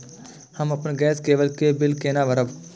हम अपन गैस केवल के बिल केना भरब?